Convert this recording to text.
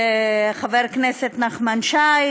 חבר הכנסת נחמן שי,